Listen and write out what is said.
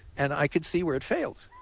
and i could see where it failed.